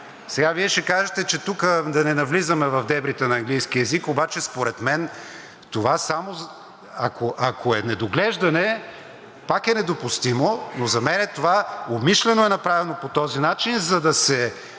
Сега, Вие ще кажете тук да не навлизаме в дебрите на английския език, обаче според мен това, ако е недоглеждане, пак е недопустимо, но за мен това умишлено е направено по този начин – за да се